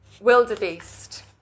wildebeest